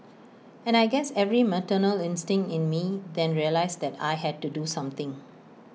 and I guess every maternal instinct in me then realised that I had to do something